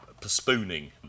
postponing